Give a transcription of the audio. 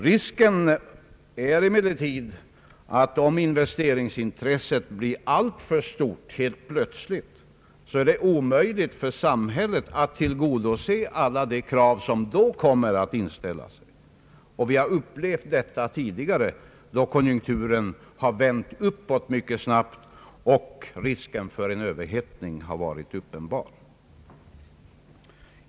Risken är emellertid, att investeringsintresset helt plötsligt blir alldeles för stort. Då blir det omöjligt för samhället att tillgodose alla de krav som inställer sig. Vi har fått uppleva detta tidigare, då konjunkturen vänt uppåt mycket snabbt och risken för en överhettning varit uppenbar.